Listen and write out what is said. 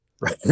right